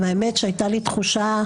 והאמת שהייתה לי תחושה,